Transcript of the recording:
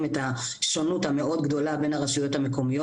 את השונות המאוד גדולה בין הרשויות השונות,